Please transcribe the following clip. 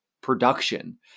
production